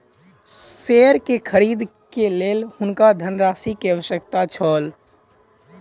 share के खरीद के लेल हुनका धनराशि के आवश्यकता छल